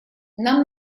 нам